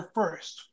first